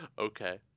Okay